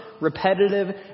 repetitive